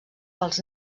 pels